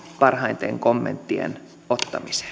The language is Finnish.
parhaitten kommenttien ottamiseen